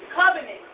covenant